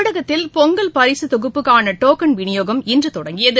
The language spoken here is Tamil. தமிழகத்தில் பொங்கல் பரிசுதொகுப்புக்கானடோக்கன் விநியோகம் இன்றுதொடங்கியது